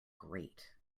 great